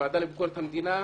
בוועדה לביקורת המדינה,